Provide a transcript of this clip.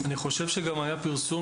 אני מאוניברסיטת